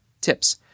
Tips